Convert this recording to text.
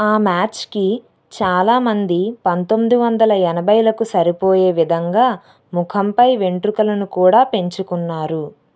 ఆ మ్యాచ్కి చాలా మంది పంతొమ్మిది వందల ఎనభైలకు సరిపోయే విధంగా ముఖంపై వెంట్రుకలను కూడా పెంచుకున్నారు